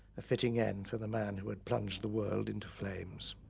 a fitting edge for the man who had plunged the world into flames.